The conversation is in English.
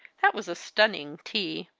that was a stunning tea!